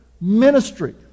ministry